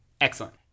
Excellent